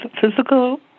physical